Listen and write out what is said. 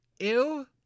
Ew